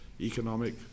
economic